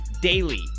daily